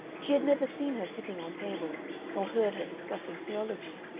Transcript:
she had never seen her sitting on tables nor heard her discussing theology,